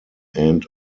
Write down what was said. end